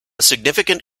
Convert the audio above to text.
significant